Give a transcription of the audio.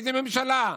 איזו ממשלה?